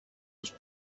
was